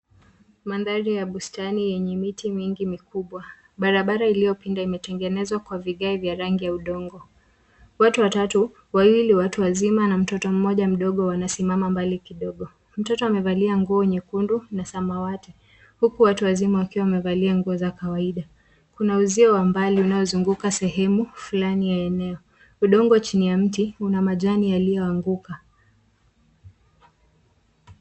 Mandhari ya bustani yenye miti mingi na mikubwa. Barabara iliyopinda imetengenezwa kwa vigae vya rangi ya udongo. Watu watatu, wawili wakubwa na mtoto mmoja mdogo, wanasimama mbali kidogo. Mtoto amevaa nguo nyekundu na samawati, huku watu wakubwa wakiwa wamevaa nguo za kawaida. Kuna uzio unaozunguka sehemu ya eneo. Udongo chini ya miti una majani yaliyoyaanguka.